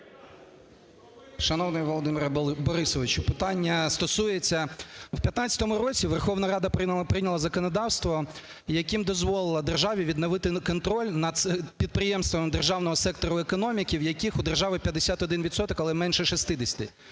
Шановний Володимире Борисовичу! Питання стосується, в 2015 році Верховна Рада прийняла законодавство, яким дозволила державі відновити контроль над підприємствами державного сектору економіки, в яких у держави 51 відсоток, але менше 60-ти.